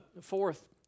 fourth